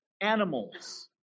animals